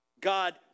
God